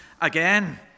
again